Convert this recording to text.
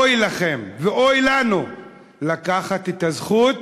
אוי לכם ואוי לנו מלקחת את הזכות